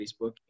Facebook